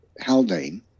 Haldane